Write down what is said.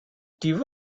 give